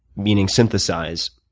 meaning synthesize,